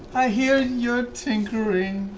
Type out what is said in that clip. i hear you're tinkering,